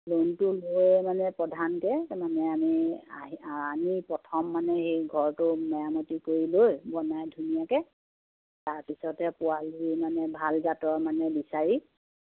লোনটো লৈ মানে প্ৰধানকে মানে আমি আহি আনি প্ৰথম মানে সেই ঘৰটো মেৰামতি কৰি লৈ বনাই ধুনীয়াকৈ তাৰপিছতে পোৱালি মানে ভাল জাতৰ মানে বিচাৰি